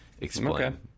explain